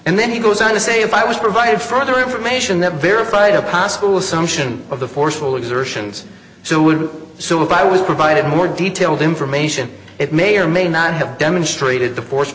and then he goes on to say if i was provided further information that verified a possible sumption of the forceful exertions so would so if i was provided more detailed information it may or may not have demonstrated the for